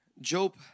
job